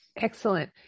Excellent